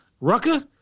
Rucker